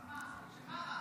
שמה?